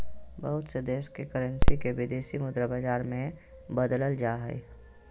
बहुत से देश के करेंसी के विदेशी मुद्रा बाजार मे बदलल जा हय